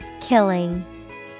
Killing